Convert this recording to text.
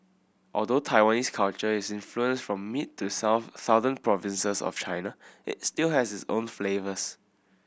although Taiwanese culture is influenced from mid to south southern provinces of China it still has its own flavours